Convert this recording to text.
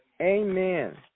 amen